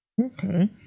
Okay